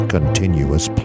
Continuous